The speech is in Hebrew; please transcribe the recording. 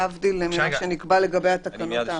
להבדיל ממה שנקבע לגבי התקנות האחרות.